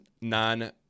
non